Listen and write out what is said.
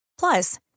Plus